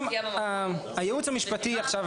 הייעוץ המשפטי עכשיו,